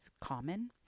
common